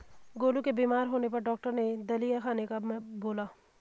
गोलू के बीमार होने पर डॉक्टर ने दलिया खाने का बोला